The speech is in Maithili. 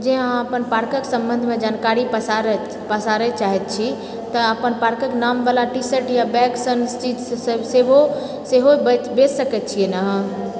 जँ अहाँ अपन पार्कके सम्बन्धमे जानकारी पसारए चाहैत छी तऽ अपन पार्कके नामवला टी शर्ट वा बैग सन चीजसभ सेहो बेचि सकैत छी ने अहाँ